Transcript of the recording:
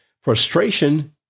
Frustration